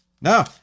No